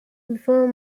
before